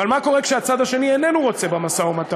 אבל מה קורה כשהצד האחר איננו רוצה במשא-ומתן?